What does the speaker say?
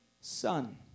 son